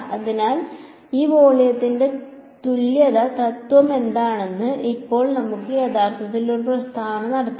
അതിനാൽ ഈ വോളിയം തുല്യത തത്വം എന്താണെന്ന് ഇപ്പോൾ നമുക്ക് യഥാർത്ഥത്തിൽ ഒരു പ്രസ്താവന നടത്താം